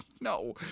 No